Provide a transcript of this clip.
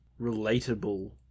relatable